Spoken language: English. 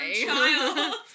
child